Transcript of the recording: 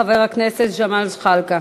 חבר הכנסת ג'מאל זחאלקה.